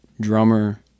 drummer